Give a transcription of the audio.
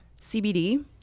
CBD